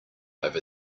over